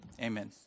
amen